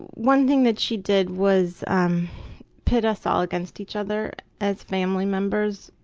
one thing that she did was um pit us all against each other as family members.